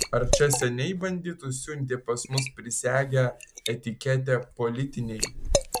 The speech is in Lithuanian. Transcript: ar čia seniai banditus siuntė pas mus prisegę etiketę politiniai